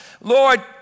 Lord